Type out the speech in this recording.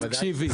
תקשיבי.